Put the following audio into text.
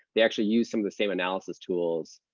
they actually use some of the same analysis tools,